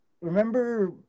remember